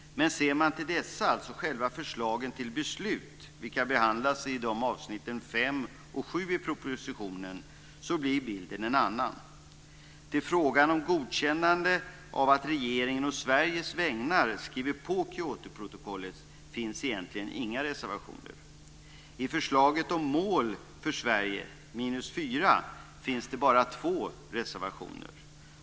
Men ser man till förslagen till beslut, vilka behandlas i avsnitten 5 och 7 i propositionen, blir bilden en annan. Till frågan om godkännande av att regeringen å Sveriges vägnar skriver på Kyotoprotokollet finns egentligen inga reservationer. I förslaget om mål för Sverige, 4 %, finns det bara två reservationer.